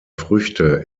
früchte